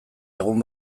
egun